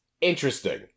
interesting